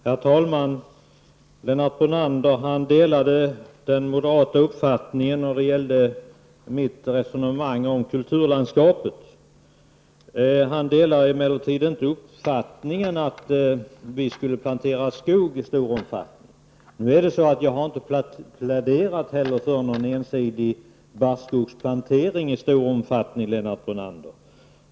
Herr talman! Lennart Brunander säger att han delar moderaternas uppfattning. Det gäller då mitt resonemang om kulturlandskapet. Han delar emellertid inte min uppfattning när det gäller att plantera skog i stor omfattning. Men jag har inte pläderat för en ensidig barrskogsplantering i stor omfattning, Lennart Brunander.